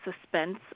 suspense